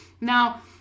Now